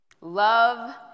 Love